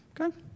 Okay